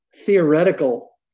theoretical